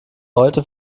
heute